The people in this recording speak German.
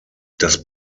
das